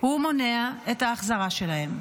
הוא מונע את ההחזרה שלהם.